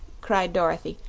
cried dorothy.